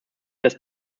das